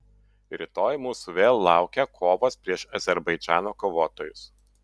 rytoj mūsų vėl laukia kovos prieš azerbaidžano kovotojus